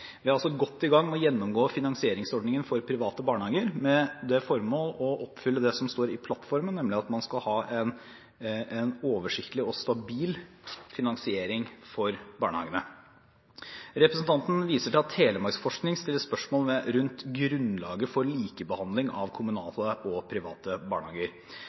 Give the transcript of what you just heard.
Vi er altså godt i gang med å gjennomgå finansieringsordningen for private barnehager, med det formål å oppfylle det som står i plattformen, nemlig at man skal ha en oversiktlig og stabil finansiering av barnehagene. Representanten viser til at Telemarksforskning stiller spørsmål rundt grunnlaget for likebehandling av kommunale og private barnehager.